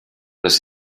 les